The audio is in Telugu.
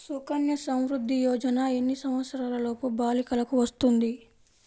సుకన్య సంవృధ్ది యోజన ఎన్ని సంవత్సరంలోపు బాలికలకు వస్తుంది?